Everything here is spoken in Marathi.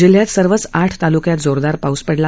जिल्ह्यात सर्वच आठ तालुक्यात जोरदार पाऊस पडला